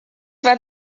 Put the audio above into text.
war